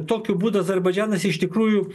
tokiu būdu azerbaidžanas iš tikrųjų